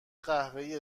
قهوه